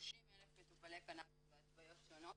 כ-30,000 מטופלי קנאביס בהתוויות שונות.